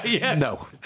No